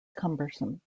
cumbersome